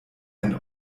ein